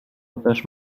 toteż